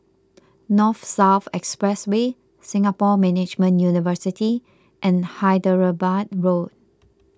North South Expressway Singapore Management University and Hyderabad Road